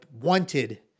wanted